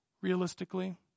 realistically